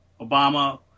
Obama